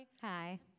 Hi